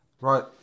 Right